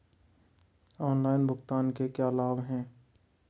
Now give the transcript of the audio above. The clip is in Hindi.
ऑनलाइन भुगतान के क्या लाभ हैं?